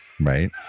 Right